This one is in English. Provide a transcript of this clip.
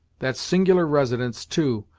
that singular residence, too,